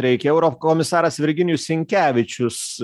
reikia eurokomisaras virginijus sinkevičius